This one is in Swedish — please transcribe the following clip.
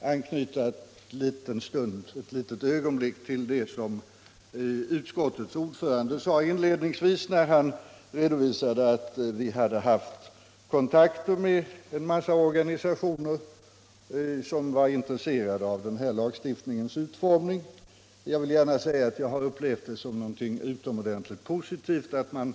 Jag vill ett ögonblick anknyta till det som utskottets ordförande inledningsvis sade när han redovisade att vi haft kontakter med ett stort antal organisationer som var intresserade av den här lagstiftningens utformning. Jag vill gärna säga att jag upplevt det som någonting utomordentligt positivt att vi